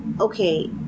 okay